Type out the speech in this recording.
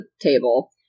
table